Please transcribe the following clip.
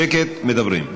שקט, מדברים.